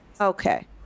Okay